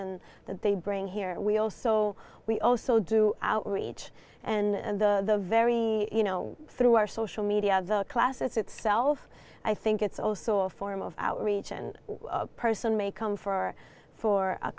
and that they bring here we also we also do outreach and the very you know through our social media the class itself i think it's also a form of outreach and person may come for for a